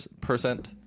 percent